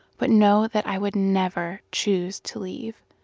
but know that i would never choose to leave.